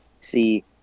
See